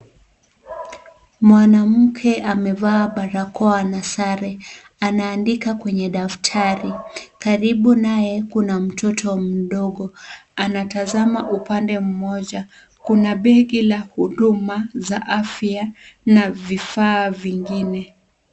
Mwamke amevaa barakoa na sare. Anaandika kwenye daftari. Karibu nae, kuna mtoto mdogo. Anatazama upande mmoja. Kuna begi la huduma za afya, na vifaa vingine.